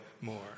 more